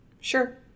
Sure